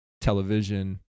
television